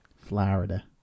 Florida